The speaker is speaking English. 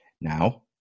Now